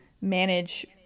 manage